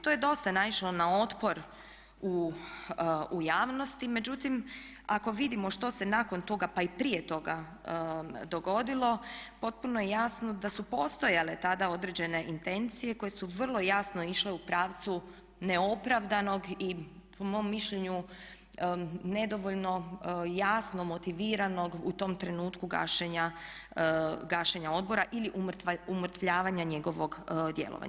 To je dosta naišlo na otpor u javnosti, međutim ako vidimo što se nakon toga pa i prije toga dogodilo potpuno je jasno da su postojale tada određene intencije koje su vrlo jasno išle u pravcu neopravdanog i po mom mišljenju nedovoljno jasno motiviranog u tom trenutku gašenja odbora ili umrtljavanja njegovog djelovanja.